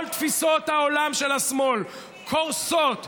כל תפיסות העולם של השמאל קורסות,